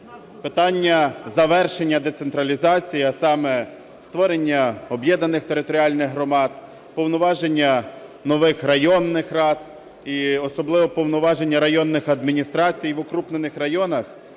Питання завершення децентралізації, а саме створення об'єднаних територіальних громад, повноваження нових районних рад і особливо повноваження районних адміністрацій в укрупнених районах